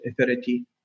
authority